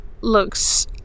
looks